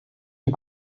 die